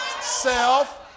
Self